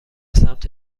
سمت